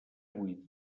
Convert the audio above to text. avui